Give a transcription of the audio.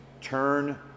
turn